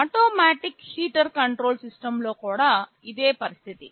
automatic heater control సిస్టమ్లో కూడా ఇదే పరిస్థితి